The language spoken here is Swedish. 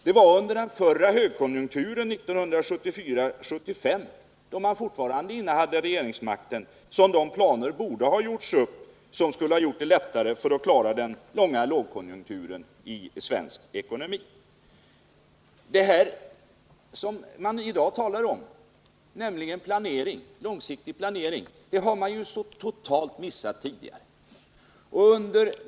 Det var under den förra högkonjunkturen 1974-1975, då socialdemokraterna fortfarande innehade regeringsmakten, som de planer borde ha gjorts upp som skulle ha medverkat till att vi lättare skulle ha klarat den långa lågkonjunkturen i svensk ekonomi. Det som man i dag talar om, nämligen långsiktig planering, har man missat så totalt tidigare.